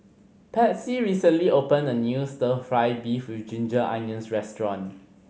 Patsy recently opened a new Stir Fry beef with ginger onions restaurant